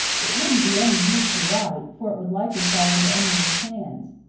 it wouldn't be any use to write, for it would likely fall into emmeline's hands.